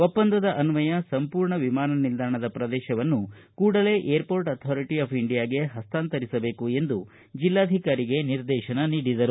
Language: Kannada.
ಒಪ್ಪಂದದ ಅನ್ವಯ ಸಂಪೂರ್ಣ ವಿಮಾನ ನಿಲ್ದಾಣದ ಪ್ರದೇಶವನ್ನು ಕೂಡಲೆ ಏರ್ಮೋರ್ಟ್ ಆಥಾರಿಟಿ ಆಫ್ ಇಂಡಿಯಾಗೆ ಪಸ್ತಾಂತರಿಸಬೇಕು ಎಂದು ಜಿಲ್ಲಾಧಿಕಾರಿಗೆ ನಿರ್ದೇಶನ ನೀಡಿದರು